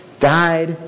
died